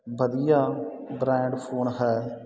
ਵਧੀਆ brand phone ਹੈ